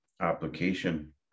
application